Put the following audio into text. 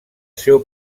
seu